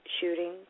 shooting